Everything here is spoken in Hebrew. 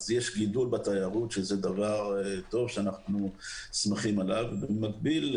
יש גידול בתיירות שזה דבר טוב ואנחנו שמחים עליו אבל במקביל,